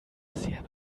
sehr